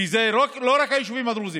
כי זה לא רק היישובים הדרוזיים,